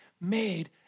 made